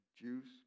juice